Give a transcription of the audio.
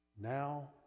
Now